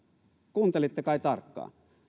kuuntelitte kai tarkkaan